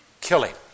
Killing